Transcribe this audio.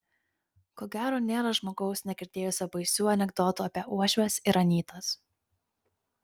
ko gero nėra žmogaus negirdėjusio baisių anekdotų apie uošves ir anytas